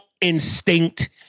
instinct